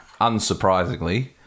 Unsurprisingly